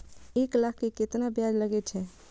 एक लाख के केतना ब्याज लगे छै?